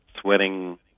sweating